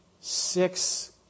Six